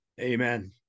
Amen